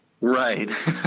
Right